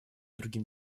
другим